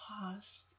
cost